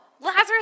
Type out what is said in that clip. Lazarus